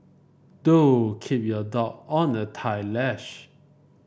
do keep your dog on a tight leash